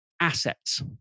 assets